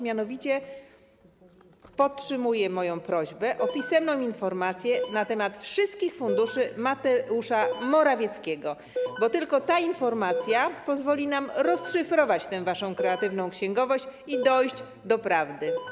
Mianowicie podtrzymuję moją prośbę o pisemną informację na temat wszystkich funduszy Mateusza Morawieckiego, bo tylko ta informacja pozwoli nam rozszyfrować tę waszą kreatywną księgowość i dojść do prawdy.